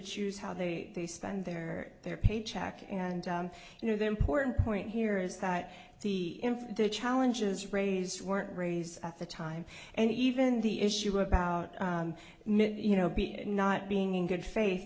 choose how they spend their their paycheck and you know the important point here is that the challenges raised weren't raised at the time and even the issue about you know not being in good faith